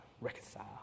Reconcile